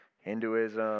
Hinduism